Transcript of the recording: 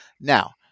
Now